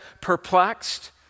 perplexed